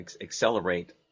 accelerate